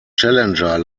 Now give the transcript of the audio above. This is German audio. challenger